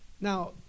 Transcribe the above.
Now